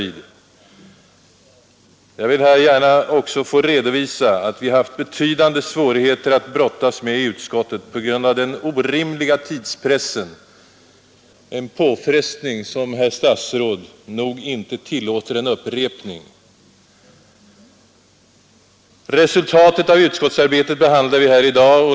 Jag är också här angelägen om att redovisa att vi har haft betydande svårigheter att brottas med i utskottet på grund av den orimliga tidspressen, en påfrestning som, herr statsråd, nog inte tillåter en upprepning. Resultatet av utskottsarbetet behandlar vi här i dag.